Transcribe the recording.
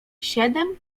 siedem